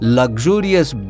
Luxurious